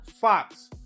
Fox